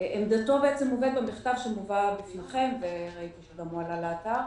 עמדתו מובאת במכתב שמובא בפניכם, הוא גם עלה לאתר.